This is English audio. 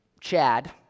Chad